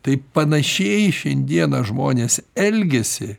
tai panašiai šiandieną žmonės elgiasi